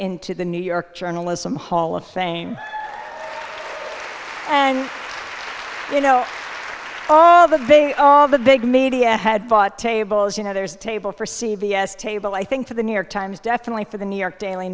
into the new york journalism hall of fame and you know all the they all the big media had bought tables you know there's a table for c v s table i think for the new york times definitely for the new york daily